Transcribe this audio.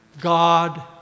God